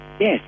Yes